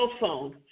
phone